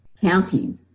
counties